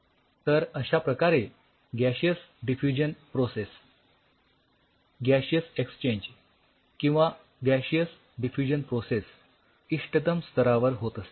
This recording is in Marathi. तर अश्या प्रकारे gaseous diffusion process gaseous exchange किंवा गॅशीअस डिफ्युजन प्रोसेस इष्टतम स्तरावर होत असते